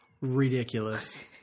ridiculous